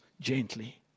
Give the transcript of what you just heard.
gently